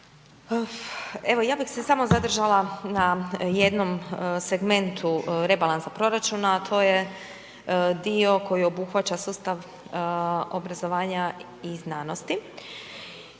ja bih se samo zadržala na jednom segmentu rebalansa proračuna, a to je dio koji obuhvaća sustav obrazovanja i znanosti.